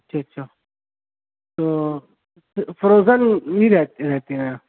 اچھا اچھا تو فروزن بھی رہتے ہیں